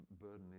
burden